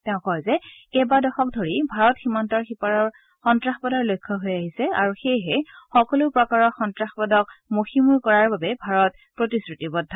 তেওঁ কয় যে কেইবা দশক ধৰি ভাৰত সীমান্তৰ সীপাৰৰ সন্তাসবাদৰ লক্ষ্য হৈ আহিছে আৰু সেয়েহে সকলো প্ৰকাৰৰ সন্তাসবাদক মযিমুৰ কৰাৰ বাবে ভাৰত প্ৰতিশ্ৰুতিবদ্ধ